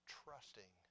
trusting